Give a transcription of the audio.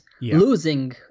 losing